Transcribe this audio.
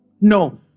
No